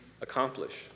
accomplish